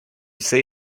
say